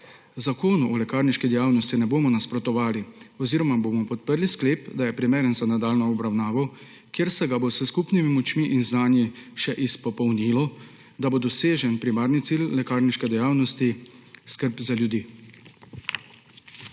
Zakonu o lekarniški dejavnosti ne bomo nasprotovali oziroma bomo podprli sklep, da je primeren za nadaljnjo obravnavo, kjer se ga bo s skupnimi močmi in znanji še izpopolnilo, da bo dosežen primarni cilj lekarniške dejavnosti − skrb za ljudi.